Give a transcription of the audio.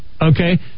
Okay